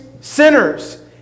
sinners